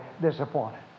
disappointed